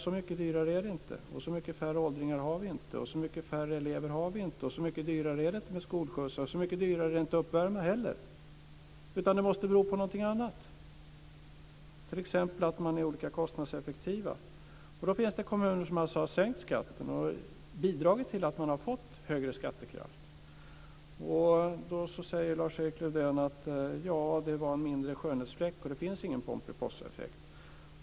Så mycket dyrare är det inte, så mycket färre åldringar har vi inte, så mycket färre elever har vi inte, så mycket dyrare är det inte med skolskjutsar, så mycket dyrare är det inte med uppvärmningen, utan det måste bero på någonting annat, t.ex. att man är olika kostnadseffektiv. Det finns kommuner som sagt: Sänk skatten. Och det har bidragit till att man fått högre skattekraft. Lars-Erik Lövdén säger att det var en mindre skönhetsfläck, det finns ingen Pomperipossaeffekt.